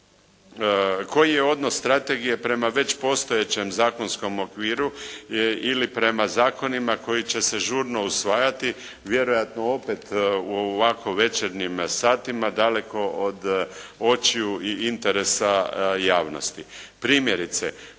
Koji je odnos strategije prema već postojećem zakonskom okviru ili prema zakonima koji će se žurno usvajati vjerojatno opet u ovako večernjim satima daleko od očiju i interesa javnosti. Primjerice,